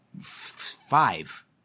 five